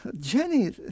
Jenny